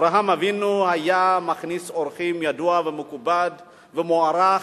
אברהם אבינו היה מכניס אורחים ידוע, מכובד ומוערך.